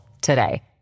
today